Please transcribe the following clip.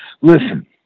listen